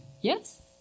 Yes